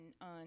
on